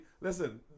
Listen